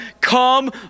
come